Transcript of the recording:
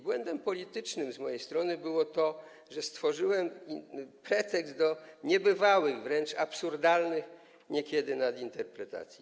Błędem politycznym z mojej strony było to, że stworzyłem pretekst do niebywałych, wręcz absurdalnych niekiedy nadinterpretacji.